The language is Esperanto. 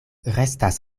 restas